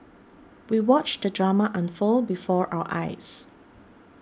we watched the drama unfold before our eyes